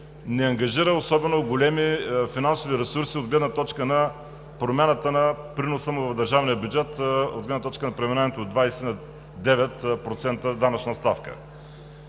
не ангажира особено големи финансови ресурси от гледна точка промяната на приноса му в държавния бюджет с преминаването от 20 на 9% данъчна ставка.